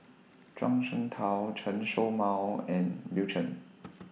Zhuang Shengtao Chen Show Mao and Bill Chen